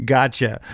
Gotcha